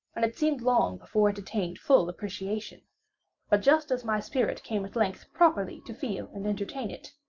and it seemed long before it attained full appreciation but just as my spirit came at length properly to feel and entertain it,